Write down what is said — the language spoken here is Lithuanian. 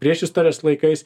priešistorės laikais